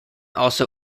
also